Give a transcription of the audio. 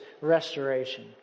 restoration